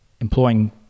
employing